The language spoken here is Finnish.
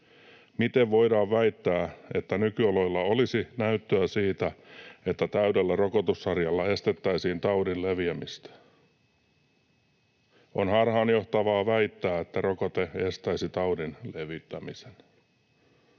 Miten voidaan väittää, että nykyoloilla olisi näyttöä siitä, että täydellä rokotussarjalla estettäisiin taudin leviämistä? On harhaanjohtavaa väittää, että rokote estäisi taudin levittämisen.